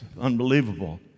unbelievable